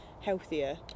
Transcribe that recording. healthier